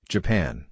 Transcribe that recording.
Japan